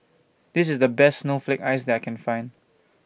This IS The Best Snowflake Ice that I Can Find